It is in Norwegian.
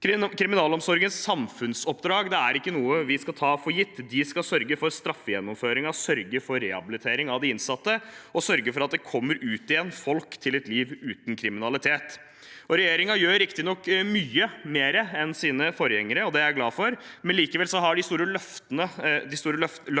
Kriminalomsorgens samfunnsoppdrag er ikke noe vi skal ta for gitt. De skal sørge for straffegjennomføring, sørge for rehabilitering av de innsatte og sørge for at folk kommer ut igjen til et liv uten kriminalitet. Regjeringen gjør riktignok mye mer enn sine forgjengere, og det er jeg glad for, men likevel lar det store løftet